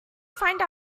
find